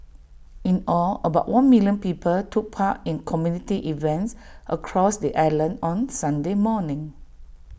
in all about one million people took part in community events across the island on Sunday morning